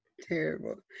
Terrible